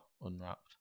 unwrapped